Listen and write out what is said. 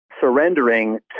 surrendering